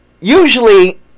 Usually